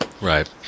Right